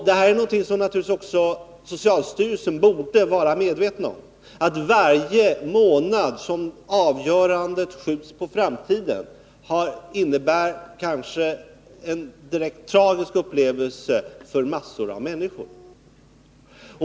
Naturligtvis borde också socialstyrelsen vara medveten om att varje månad som avgörandet skjuts på framtiden kanske innebär en direkt tragisk upplevelse för en mängd människor.